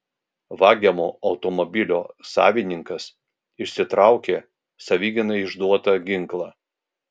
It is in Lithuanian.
vagiamo automobilio savininkas išsitraukė savigynai išduotą ginklą